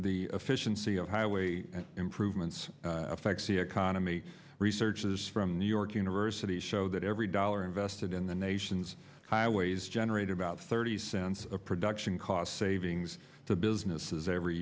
the efficiency of highway improvements affects the economy research is from new york university show that every dollar invested in the nation's highways generate about thirty cents a production cost savings to businesses every